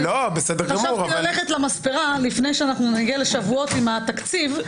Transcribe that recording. חשבתי ללכת למספרה לפני שנגיע לשבועות עם התקציב,